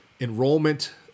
enrollment